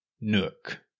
nook